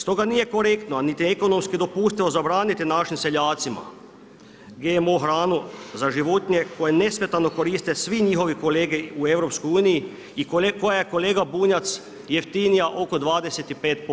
Stoga nije korektno, a niti ekonomski dopustivo zabraniti našim seljacima GMO hranu za životinje koje nesmetano koriste svi njihovi kolege u EU i koja je kolega Bunjac jeftinija oko 25%